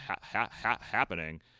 happening